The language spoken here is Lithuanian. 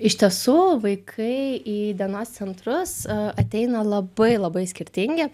iš tiesų vaikai į dienos centrus ateina labai labai skirtingi